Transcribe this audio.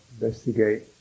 investigate